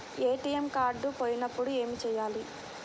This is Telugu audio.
ఏ.టీ.ఎం కార్డు పోయినప్పుడు ఏమి చేయాలి?